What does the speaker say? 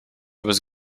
was